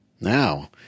Now